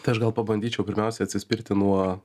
tai aš gal pabandyčiau pirmiausia atsispirti nuo